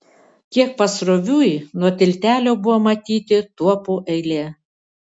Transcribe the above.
kiek pasroviui nuo tiltelio buvo matyti tuopų eilė